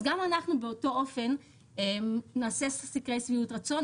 אז גם אנחנו באותו אופן נעשה סקרי שביעות רצון.